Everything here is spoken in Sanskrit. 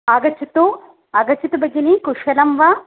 आगच्छतु आगच्छतु भगिनि कुशलं वा